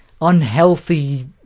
unhealthy